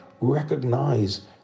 recognize